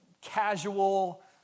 Casual